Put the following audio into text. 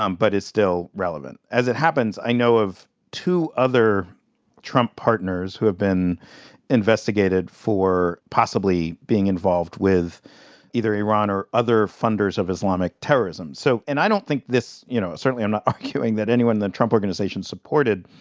um but is still relevant. as it happens, i know of two other trump partners who have been investigated for possibly being involved with either iran or other funders of islamic terrorism so and i don't think this you know, certainly i'm not arguing that anyone in the trump organization supported